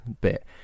bit